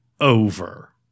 over